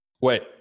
Wait